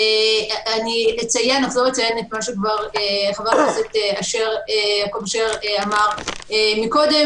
אציין את מה שחבר הכנסת יעקב אשר אמר קודם,